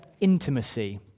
intimacy